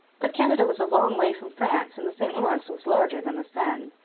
but canada was a long way from france and the st lawrence was larger than the seine.